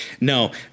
No